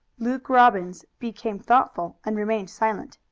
luke robbins became thoughtful and remained silent.